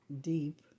deep